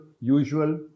usual